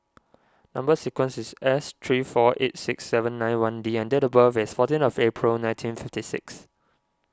Number Sequence is S three four eight six seven nine one D and date of birth is fourteen of April nineteen fifty six